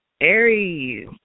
Aries